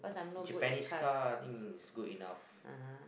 Japanese car I think is good enough